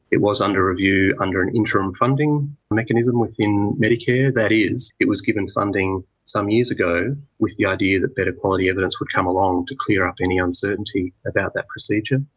it was under review under an interim funding mechanism within medicare, that is it was given funding some years ago with the idea that better quality evidence would come along to clear up any uncertainty about that procedure.